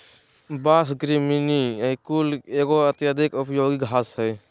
बाँस, ग्रामिनीई कुल के एगो अत्यंत उपयोगी घास हइ